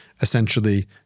essentially